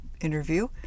interview